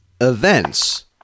events